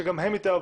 שגם הם התאהבו,